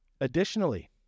Additionally